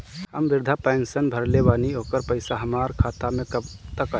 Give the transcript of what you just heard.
हम विर्धा पैंसैन भरले बानी ओकर पईसा हमार खाता मे कब तक आई?